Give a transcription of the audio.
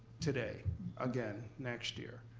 today again next year.